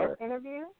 interview